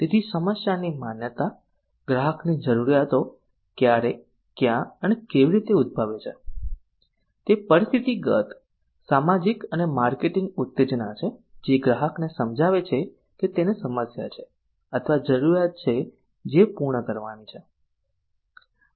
તેથી સમસ્યાની માન્યતા ગ્રાહકની જરૂરિયાતો ક્યારે ક્યાં અને કેવી રીતે ઉદ્ભવે છે તે પરિસ્થિતિગત સામાજિક અને માર્કેટિંગ ઉત્તેજના છે જે ગ્રાહકને સમજાવે છે કે તેને સમસ્યા છે અથવા જરૂરિયાત છે જે પૂર્ણ કરવાની છે